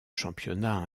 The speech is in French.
championnat